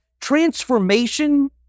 transformation